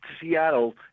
Seattle